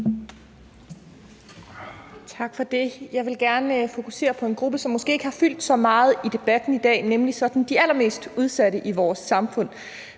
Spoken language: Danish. Tak for det. Jeg vil gerne fokusere på en gruppe, som måske ikke har fyldt så meget i debatten i dag, nemlig de allermest udsatte i vores samfund.